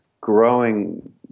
growing